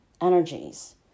energies